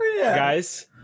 guys